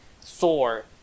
Thor